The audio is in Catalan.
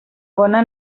bona